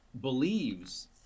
believes